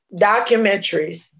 documentaries